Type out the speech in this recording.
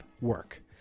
work